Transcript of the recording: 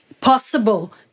possible